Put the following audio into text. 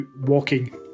walking